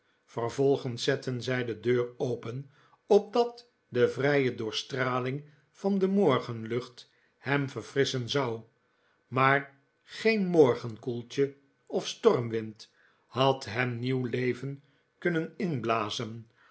vervolgens zetten zij de deur open opdat de vrije doorstraling van de morgenlucht hem verfrisschen zou maar geen mbrgenkoeltje of stormwind had hem nieuw leven kunnen inblazen